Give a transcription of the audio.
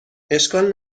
اشکال